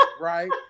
right